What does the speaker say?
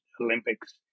Olympics